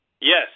Yes